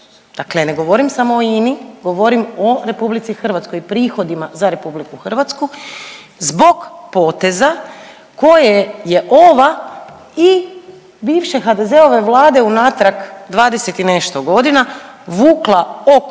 dakle ne govorim samo o INI govorim o RH i prihodima za RH zbog poteza koje je ova i bivše HDZ-ove vlade unatrag 20 i nešto godina vukla oko